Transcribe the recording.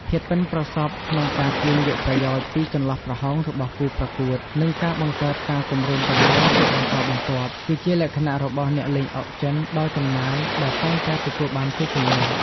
ភាពប៉ិនប្រសប់ក្នុងការទាញយកប្រយោជន៍ពីចន្លោះប្រហោងរបស់គូប្រកួត និងការបង្កើតការគំរាមកំហែងជាបន្តបន្ទាប់ គឺជាលក្ខណៈរបស់អ្នកលេងអុកចិនដ៏ចំណានដែលតែងតែទទួលបានជ័យជម្នះ។